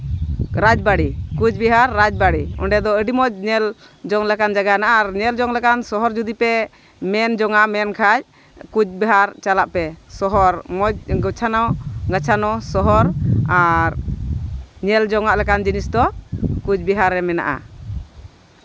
ᱨᱟᱡᱽᱵᱟᱹᱲᱤ ᱠᱳᱪᱵᱤᱦᱟᱨ ᱨᱟᱡᱽᱵᱟᱹᱲᱤ ᱚᱸᱰᱮ ᱫᱚ ᱟᱹᱰᱤ ᱢᱚᱡᱽ ᱧᱮᱞ ᱡᱚᱝ ᱞᱮᱠᱟᱱ ᱡᱟᱭᱜᱟ ᱦᱮᱱᱟᱜᱼᱟ ᱟᱨ ᱧᱮᱞ ᱡᱚᱝ ᱞᱮᱠᱟᱱ ᱥᱚᱦᱚᱨ ᱡᱚᱫᱤ ᱯᱮ ᱢᱮᱱ ᱡᱚᱝᱼᱟ ᱢᱮᱱᱠᱷᱟᱡ ᱠᱚᱪ ᱵᱤᱦᱟᱨ ᱪᱟᱞᱟᱜ ᱯᱮ ᱥᱚᱦᱚᱨ ᱢᱚᱡᱽ ᱜᱩᱪᱷᱟᱱᱳ ᱜᱟᱪᱷᱟᱱᱳ ᱥᱚᱦᱚᱨ ᱟᱨ ᱧᱮᱞ ᱡᱚᱝ ᱟᱱ ᱞᱮᱠᱟᱱ ᱡᱤᱱᱤᱥ ᱫᱚ ᱠᱳᱪᱵᱤᱦᱟᱨ ᱨᱮ ᱢᱮᱱᱟᱜᱼᱟ